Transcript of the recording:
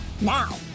Now